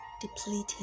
depleting